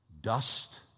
dust